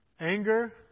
Anger